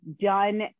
done